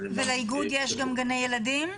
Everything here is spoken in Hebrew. לאיגוד יש גם גני ילדים<?